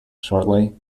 shortly